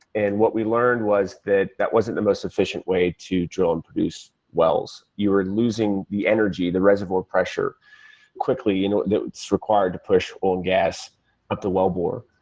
and what we learned was that that wasn't the most efficient way to drill and produce wells. you are losing the energy, the reservoir pressure quickly you know that's required to push oil and gas at the wellbore.